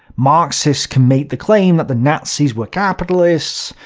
marxists can make the claim that the nazis were capitalists,